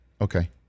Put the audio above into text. okay